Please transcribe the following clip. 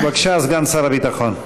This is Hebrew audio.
בבקשה, סגן שר הביטחון.